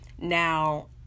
Now